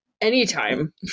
anytime